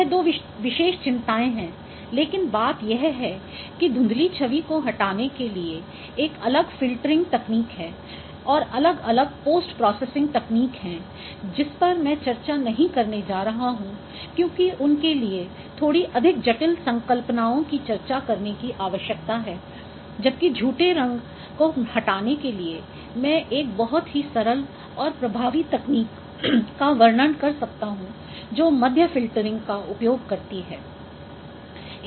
यह दो विशेष चिंताएं हैं लेकिन बात यह है कि धुँधली छवि को हटाने के लिए एक अलग फ़िल्टरिंग तकनीक है और अलग अलग पोस्ट प्रोसेसिंग तकनीक हैंजिस पर मैं चर्चा नहीं करने जा रहा हूँ क्योंकि उनके लिए थोड़ी अधिक जटिल संकल्पनाओं की चर्चा करने की आवश्यकता है जबकि झूठे रंग को हटाने के लिए मैं एक बहुत ही सरल और प्रभावी तकनीक का वर्णन कर सकता हूं जो मध्य फ़िल्टरिंग का उपयोग करती है